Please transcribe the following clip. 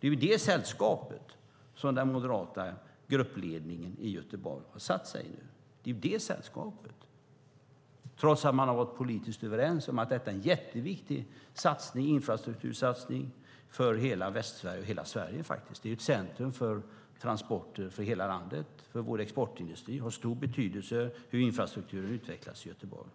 Det är i det sällskapet som den moderata gruppledningen i Göteborg satt sig. Det har man gjort trots att man politiskt varit överens om att detta är en jätteviktig infrastruktursatsning för Västsverige, faktiskt för hela Sverige. Göteborg är ett centrum för transporter för hela landet och för vår exportindustri. Hur infrastrukturen utvecklas i Göteborg har därför